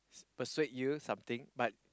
persuade you something but